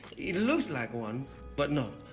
it looks like one but no.